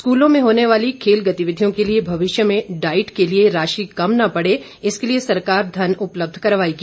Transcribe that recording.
स्कूलों में होने वाली खेल गतिविधियों के लिए मविष्य में डाइट के लिए राशि कम न पड़े इसके लिए सरकार घन उपलब्ध करवाएगी